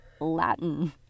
Latin